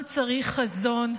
עם צריך חזון.